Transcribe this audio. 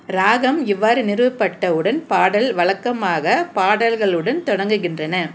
ராகம் இவ்வாறு நிறுவப்பட்ட உடன் பாடல் வழக்கமாக பாடல்களுடன் தொடங்குகின்றன